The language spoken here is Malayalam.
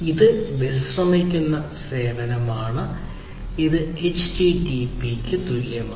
ഇത് വിശ്രമിക്കുന്ന സേവനമാണ് ഇത് HTTP യ്ക്ക് തുല്യമാണ്